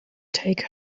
take